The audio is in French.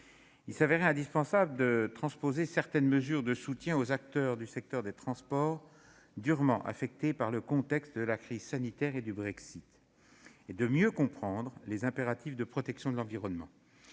Il était indispensable de transposer certaines mesures de soutien aux acteurs du secteur des transports, durement affectés par la crise sanitaire et le Brexit, et de mieux comprendre les impératifs de protection de l'environnement.